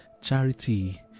charity